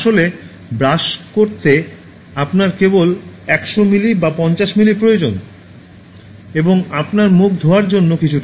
আসলে ব্রাশ করতে আপনার কেবল 100 মিলি বা 50 মিলি প্রয়োজন এবং আপনার মুখ ধোয়ার জন্য কিছুটা